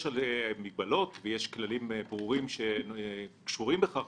יש מגבלות וכללים ברורים שקשורים בכך.